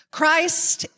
Christ